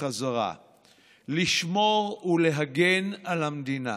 בחזרה: לשמור ולהגן על המדינה.